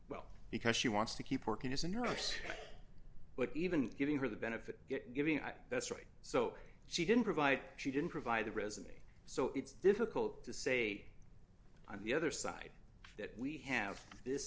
well because she wants to keep working as a nurse but even giving her the benefit giving up that's right so she didn't provide she didn't provide the resume so it's difficult to say on the other side that we have this